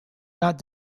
not